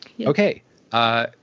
Okay